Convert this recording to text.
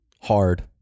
hard